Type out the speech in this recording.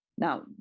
Now